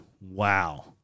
wow